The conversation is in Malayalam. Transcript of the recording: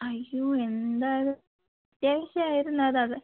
അയ്യോ എന്താത് അത്യാവശ്യം ആയിരുന്നു അതത്